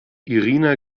irina